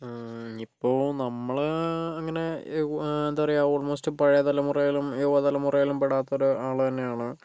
ഇപ്പൊൾ നമ്മൾ അങ്ങനെ എന്താ പറയുക ഓൾ മോസ്റ്റ് പഴയ തലമുറയിലും യുവ തലമുറയിലും പെടാത്ത ഒരാൾ തന്നെയാണ്